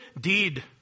deed